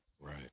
Right